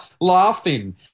Laughing